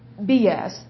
BS